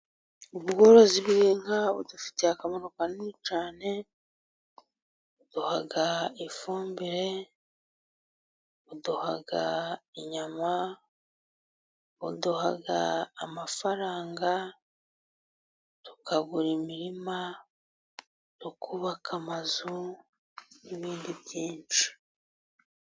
Ubu ubworozi bw'inka budufitiye akamaro kanini cyane, buduha ifumbire buduha inyama buduha amafaranga, tukagura imirima tukubaka amazu n'ibindi byinshi.